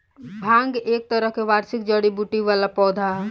भांग एक तरह के वार्षिक जड़ी बूटी वाला पौधा ह